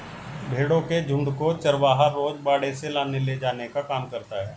भेंड़ों के झुण्ड को चरवाहा रोज बाड़े से लाने ले जाने का काम करता है